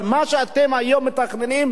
אבל מה שאתם היום מתכננים,